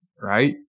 right